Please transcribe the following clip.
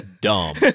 dumb